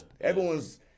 Everyone's